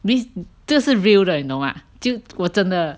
this 这是 real 的你懂吗就我真的